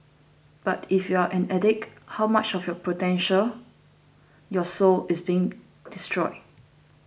but if you're an addict how much of your potential your soul is being destroyed